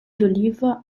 d’olive